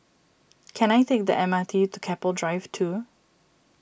can I take the M R T to Keppel Drive two